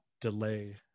delay